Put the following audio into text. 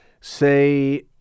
say